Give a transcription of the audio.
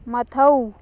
ꯃꯊꯧ